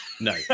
No